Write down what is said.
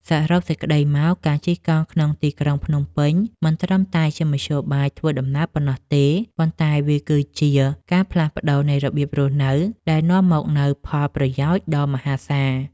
សរុបសេចក្ដីមក ការជិះកង់ក្នុងទីក្រុងភ្នំពេញមិនត្រឹមតែជាមធ្យោបាយធ្វើដំណើរប៉ុណ្ណោះទេ ប៉ុន្តែវាគឺជា ការផ្លាស់ប្ដូរនៃរបៀបរស់នៅ ដែលនាំមកនូវផលប្រយោជន៍ដ៏មហាសាល។